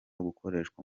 gukoreshwa